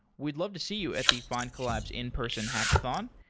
we'd love to see you at the findcollabs in-person hackathon.